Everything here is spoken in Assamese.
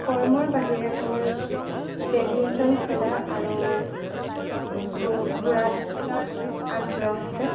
কৰ্মৰ বাহিৰে মোৰ বেডমিণ্টন খেলা আৰু ঘূৰাত আগ্ৰহ আছে